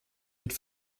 mit